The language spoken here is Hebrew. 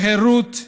לחירות,